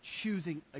choosing